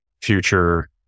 future